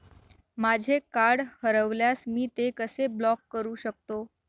माझे कार्ड हरवल्यास मी ते कसे ब्लॉक करु शकतो?